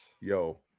yo